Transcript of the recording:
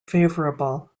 favorable